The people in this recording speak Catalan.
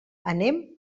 anem